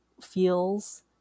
feels